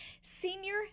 Senior